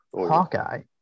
Hawkeye